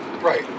Right